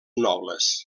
nobles